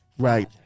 Right